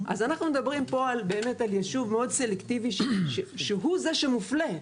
אז אנחנו מדברים פה באמת על ישוב מאוד סלקטיבי שהוא זה שמופלה.